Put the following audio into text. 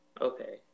Okay